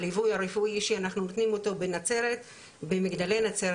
הליווי הרפואי שאנחנו נותנים אותו במגדלי נצרת